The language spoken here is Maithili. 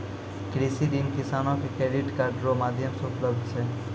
कृषि ऋण किसानो के क्रेडिट कार्ड रो माध्यम से उपलब्ध छै